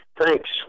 Thanks